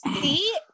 see